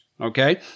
Okay